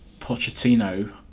Pochettino